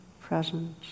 presence